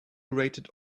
rated